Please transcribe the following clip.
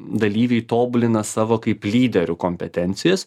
dalyviai tobulina savo kaip lyderių kompetencijas